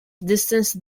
distanced